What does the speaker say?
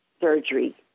surgery